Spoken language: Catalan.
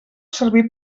servir